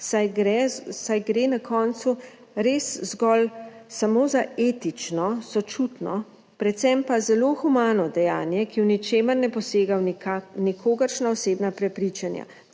saj gre na koncu res zgolj samo za etično, sočutno, predvsem pa zelo humano dejanje, ki v ničemer ne posega v nikogaršnja osebna prepričanja;